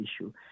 issue